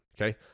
Okay